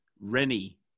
Rennie